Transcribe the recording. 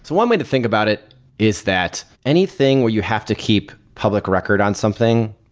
one way to think about it is that anything where you have to keep public record on something,